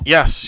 Yes